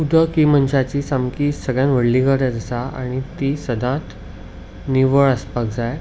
उदक ही मनशाची सामकी सगल्यान व्हडली गरज आसा आनी ती सदांत निवळ आसपाक जाय